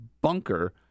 bunker